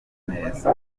neza